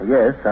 Yes